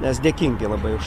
mes dėkingi labai už